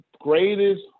greatest